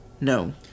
No